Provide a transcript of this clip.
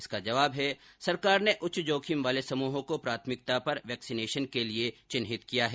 इसका जवाब है सरकार ने उच्च जोखिम वाले समूहों को प्राथमिकता पर वैक्सीनेशन के लिए चिन्हित किया है